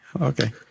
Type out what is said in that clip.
Okay